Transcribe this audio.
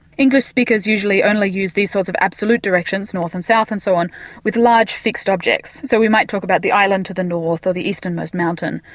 english speakers usually only use these sorts of absolute directions north and south and so on with large fixed objects, so we might talk about the island to the north, or the easternmost mountain,